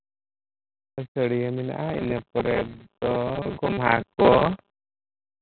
ᱟᱹᱥᱟᱹᱲᱤᱭᱟᱹ ᱢᱮᱱᱟᱜᱼᱟ ᱤᱱᱟᱹ ᱯᱚᱨᱮ ᱫᱚ ᱜᱳᱢᱦᱟ ᱠᱚ